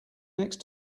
next